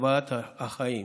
וצוואת החיים.